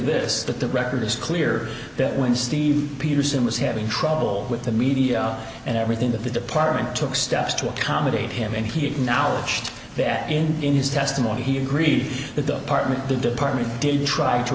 this that the record is clear that when steve peterson was having trouble with the media and everything that the department took steps to accommodate him and he acknowledged that in his testimony he agreed that the apartment the department did try to